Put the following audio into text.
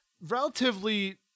relatively